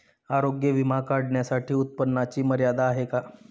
आरोग्य विमा काढण्यासाठी उत्पन्नाची मर्यादा आहे का?